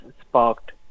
sparked